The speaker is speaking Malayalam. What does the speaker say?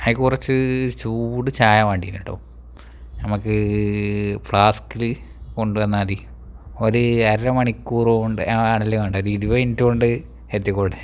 ഐക്ക് കുറച്ച് ചൂട് ചായ വേണ്ടീനേട്ടൊ നമുക്ക് ഫ്ളാസ്ക്കിൽ കൊണ്ടൊന്നാതി ഒരു അര മണിക്കൂർ കൊണ്ട് ആണല്ലെ വേണ്ട ഒരിരിവ മിനിറ്റ് കൊണ്ട് എത്തിക്കോട്ടെ